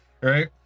Right